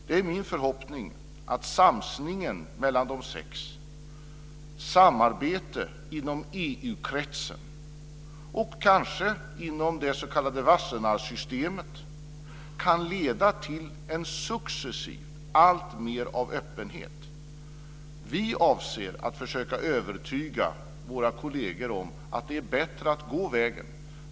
Det är min förhoppning att samsningen mellan de sex länderna och samarbete inom EU-kretsen och kanske inom det s.k. Wassenaarsystemet kan successivt leda till alltmer av öppenhet. Vi avser att försöka övertyga våra kolleger om att det är bättre att gå den vägen.